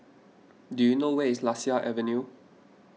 do you know where is Lasia Avenue